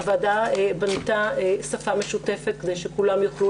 הוועדה בנתה שפה משותפת כדי שכולם יוכלו